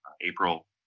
April